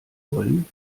wollen